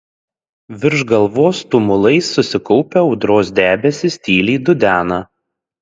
virš galvos tumulais susikaupę audros debesys tyliai dudena